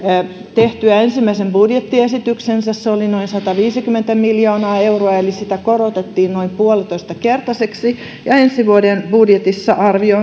tehtyä ensimmäisen budjettiesityksensä se oli noin sataviisikymmentä miljoonaa euroa eli sitä korotettiin noin puolitoistakertaiseksi ja ensi vuoden budjetissa arvio